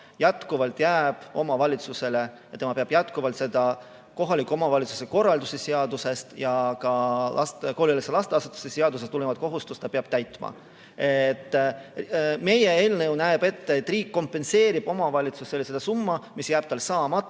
jätkuvalt omavalitsusele ja tema peab jätkuvalt seda kohaliku omavalitsuse korralduse seadusest ja ka koolieelse lasteasutuse seadusest tulenevat kohustust täitma. Meie eelnõu näeb ette, et riik kompenseerib omavalitsusele selle summa, mis jääb tal saamata,